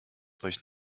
euch